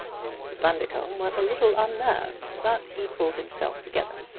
mr. bundercombe was a little unnerved, but he pulled himself together.